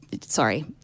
Sorry